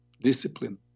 Discipline